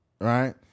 right